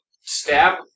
stab